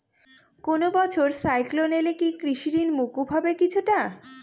কোনো বছর সাইক্লোন এলে কি কৃষি ঋণ মকুব হবে কিছুটা?